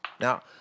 Now